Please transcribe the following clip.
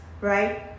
right